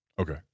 Okay